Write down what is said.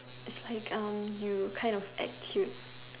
its like erm you kind of act cute